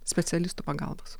specialistų pagalbos